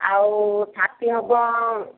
ଆଉ ଛାତି ହେବ